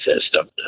system